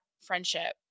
friendship